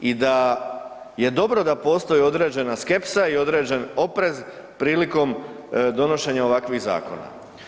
I da je dobro da postoji određena skepsa i određen oprez prilikom donošenja ovakvih zakona.